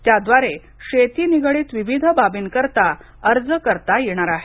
त्याद्वारे शेती निगडीत विविध बाबींकरिता अर्ज करता येणार आहे